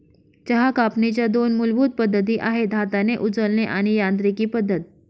चहा कापणीच्या दोन मूलभूत पद्धती आहेत हाताने उचलणे आणि यांत्रिकी पद्धत